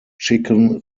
chicken